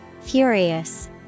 Furious